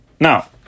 Now